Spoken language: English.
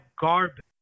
garbage